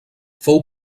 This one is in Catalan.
fou